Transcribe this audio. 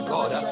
God